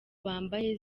bambaye